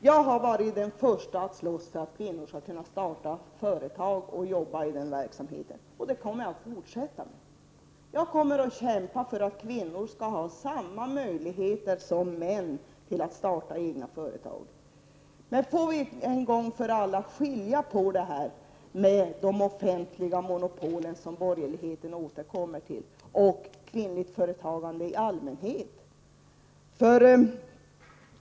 Jag har varit den första att slåss för att kvinnor skall kunna starta företag och arbeta i den verksamheten, och det kommer jag att fortsätta med. Jag kommer att kämpa för att kvinnor skulle ha samma möjligheter som män att starta egna företag. Får vi dock en gång för alla göra en åtskillnad mellan de offentliga monopol som borgerligheten återkommer till och kvinnligt företagande i allmänhet.